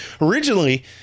originally